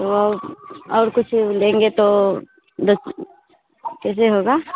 तो और और कुछ लेंगे तो दस कैसे होगा